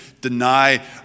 deny